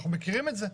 אנחנו מכירים את זה.